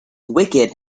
wicked